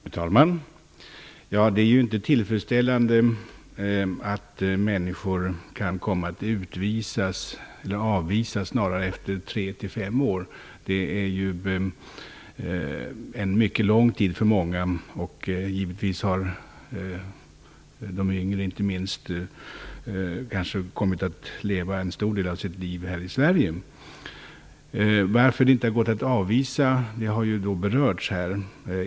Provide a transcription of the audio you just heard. Fru talman! Det är ju inte tillfredsställande att människor kan komma att avvisas efter tre till fem år. Det är ju en mycket lång tid för många. Inte minst de yngre har kanske levt en stor del av sitt liv här i Sverige. Det har ju berörts här varför det inte har gått att avvisa dem.